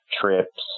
trips